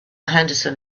henderson